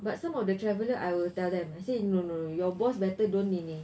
but some of the traveller I will tell them I say no no no your boss better don't ini